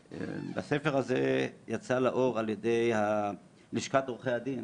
הספר הזה יצא לאור על ידי לשכת עורכי הדין